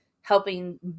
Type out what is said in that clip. helping